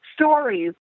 stories